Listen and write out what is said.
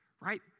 Right